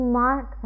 mark